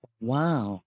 wow